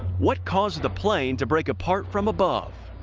what caused the plane to break apart from above?